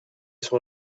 sur